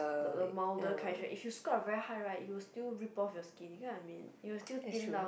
the the milder kind right if you scrub very high right it will still rip off your skin you get what I mean it will still thin down